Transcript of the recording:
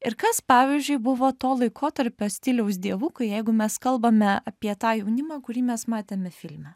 ir kas pavyzdžiui buvo to laikotarpio stiliaus dievukai jeigu mes kalbame apie tą jaunimą kurį mes matėme filme